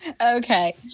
Okay